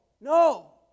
No